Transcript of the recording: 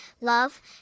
love